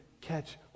catch